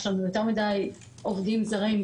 יש לנו יותר מדי עובדים זרים,